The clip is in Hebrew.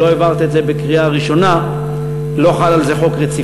אם לא העברת את זה בקריאה ראשונה לא חל על זה דין רציפות.